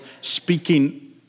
speaking